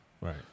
Right